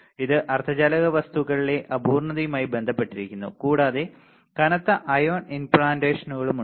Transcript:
ഇത് അർദ്ധചാലക വസ്തുക്കളിലെ അപൂർണ്ണതയുമായി ബന്ധപ്പെട്ടിരിക്കുന്നു കൂടാതെ കനത്ത അയോൺ ഇംപ്ലാന്റുകളുമുണ്ട്